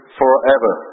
forever